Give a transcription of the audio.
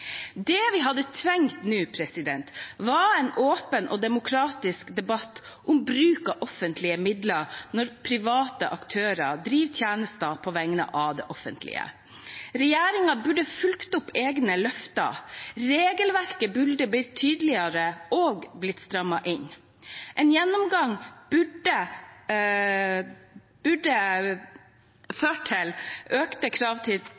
Det vi hadde trengt nå, var en åpen og demokratisk debatt om bruk av offentlige midler når private aktører driver tjenester på vegne av det offentlige. Regjeringen burde fulgt opp egne løfter, regelverket burde blitt tydeligere og strammet inn. En gjennomgang burde ført til økte krav til